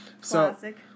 Classic